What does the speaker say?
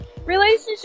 Relationship